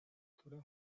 төрийн